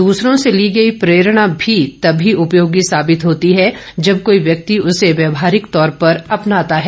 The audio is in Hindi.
दूसरों से ली गई प्रेरणा भी तभी उपयोगी साबित होती है जब कोई व्यक्ति उसे व्यवहारिक तौर पर अपनाता है